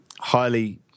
highly